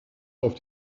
auf